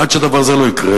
עד שהדבר הזה לא יקרה,